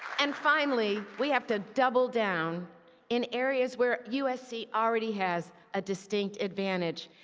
and finally, we have to double down in areas where usc already has a distinct advantage.